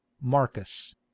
marcus